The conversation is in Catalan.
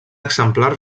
exemplar